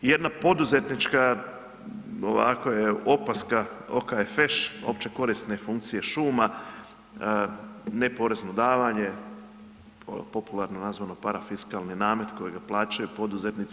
Jedna poduzetnička, ovako je, opaska, OKFŠ, opće korisne funkcije šuma, ne porezno davanje, popularno nazvano parafiskalni namet kojega plaćaju poduzetnici.